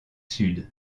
sud